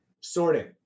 sorting